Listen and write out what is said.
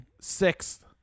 sixth